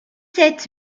sept